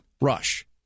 Rush